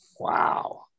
Wow